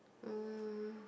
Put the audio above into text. um